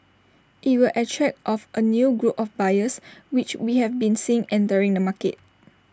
IT will attract of A new group of buyers which we have been seeing entering the market